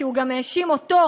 כי הוא גם האשים אותו.